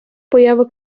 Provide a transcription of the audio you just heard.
появи